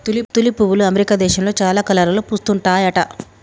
tulip పువ్వులు America దేశంలో చాలా కలర్లలో పూస్తుంటాయట